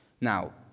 Now